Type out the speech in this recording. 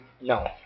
No